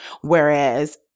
Whereas